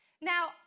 Now